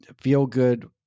feel-good